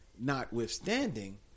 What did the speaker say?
notwithstanding